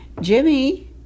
Jimmy